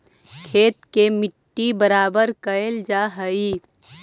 खेत के मट्टी बराबर कयल जा हई